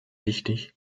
wichtig